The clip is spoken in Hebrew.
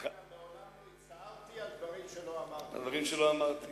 נאמר גם: